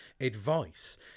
advice